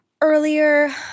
earlier